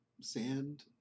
sand